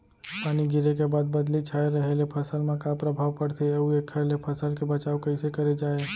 पानी गिरे के बाद बदली छाये रहे ले फसल मा का प्रभाव पड़थे अऊ एखर ले फसल के बचाव कइसे करे जाये?